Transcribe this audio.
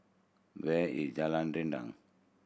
where is Jalan Rendang